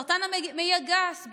סרטן המעי הגס,